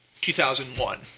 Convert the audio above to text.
2001